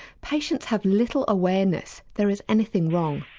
patients have little awareness there is anything wrong.